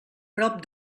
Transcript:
prop